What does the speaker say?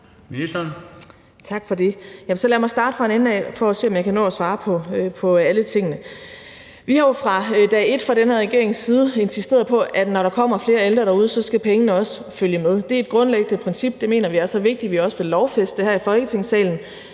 Tak for det. Så lad mig starte fra en ende af for at se, om jeg kan nå at svare på alle tingene. Vi har fra dag et fra den her regerings side insisteret på, at pengene, når der kommer flere ældre derude, også skal følge med. Det er et grundlæggende princip, og det mener vi er så vigtigt, at vi også vil lovfæste det her i Folketingssalen.